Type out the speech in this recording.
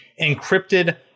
encrypted